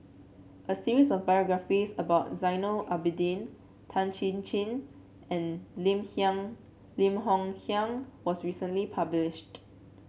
a series of biographies about Zainal Abidin Tan Chin Chin and Lim Kiang Lim Hng Kiang was recently published